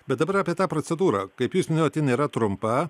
bet dabar apie tą procedūrą kaip jūs minėjot jin nėra trumpa